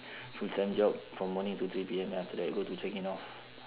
full time job from morning to three P_M then after that go to changi north